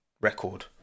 record